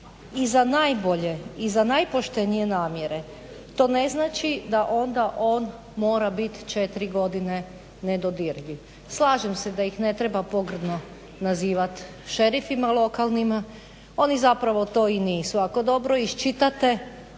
i za najbolje i za najpoštenije namjere to ne znači da onda on mora biti četiri godine nedodirljiv. Slažem se da ih ne treba pogrdno nazivati šerifima lokalnima, oni zapravo to i nisu, ako dobro iščitate